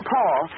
Paul